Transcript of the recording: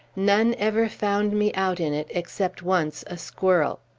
none ever found me out in it, except once, a squirrel.